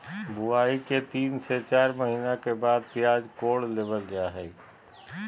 बुआई के तीन से चार महीना के बाद प्याज कोड़ लेबल जा हय